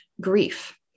grief